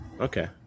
Okay